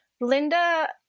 Linda